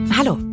Hallo